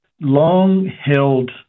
long-held